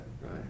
Right